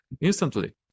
instantly